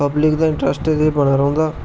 public दा interest बना दे रौंहदा